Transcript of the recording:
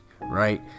right